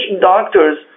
doctors